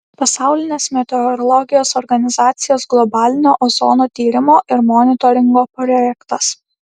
pasaulinės meteorologijos organizacijos globalinio ozono tyrimo ir monitoringo projektas